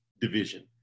division